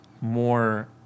more